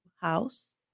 house